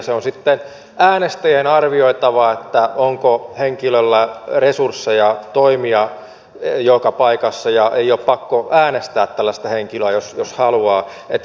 se on sitten äänestäjien arvioitava onko henkilöllä resursseja toimia joka paikassa ja ei ole pakko äänestää tällaista henkilöä jos ei halua